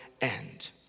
end